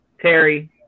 Terry